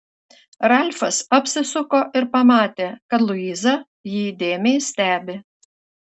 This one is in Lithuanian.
ralfas apsisuko ir pamatė kad luiza jį įdėmiai stebi